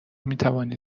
میتوانید